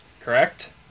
Correct